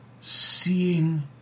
seeing